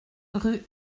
rue